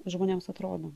žmonėms atrodo